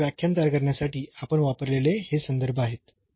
आणि हे व्याख्यान तयार करण्यासाठी आपण वापरलेले हे संदर्भ आहेत